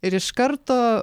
ir iš karto